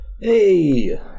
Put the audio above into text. hey